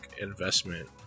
investment